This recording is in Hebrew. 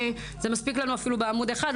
מספיק לנו אפילו בעמוד אחד,